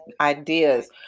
ideas